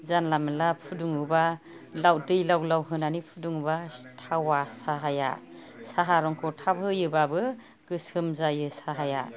जानला मोनला फुदुङोबा लाव दै लाव लाव होनानै फुदुंबा थावा साहाया साहा रंखौ थाब होयोबाबो गोसोम जायो साहाया